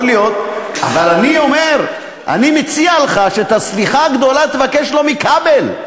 אבל אני מציע לך שאת הסליחה הגדולה תבקש לא מכבל,